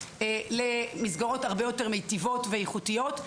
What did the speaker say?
למסגרות הרבה יותר מיטיבות ואיכותיות,